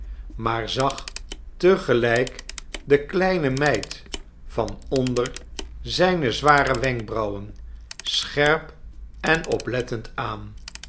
maar zag te gelijk de kleine meid van onder zijne zware wenkbrauwen scherp en oplettend aan